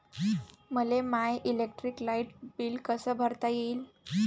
मले my electric light bill कस भरता येईल?